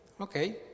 Okay